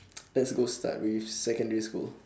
let's go start with secondary school